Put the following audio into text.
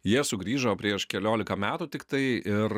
jie sugrįžo prieš keliolika metų tiktai ir